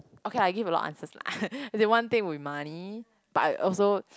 okay ah I give a lot of answer lah as in one thing will be money but I also